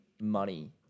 money